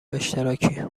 اشتراکی